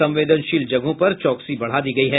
संवेदनशील जगहों पर चौकसी बढ़ा दी गयी है